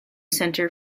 center